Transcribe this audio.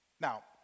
Now